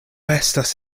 estas